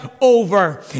over